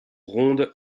rondes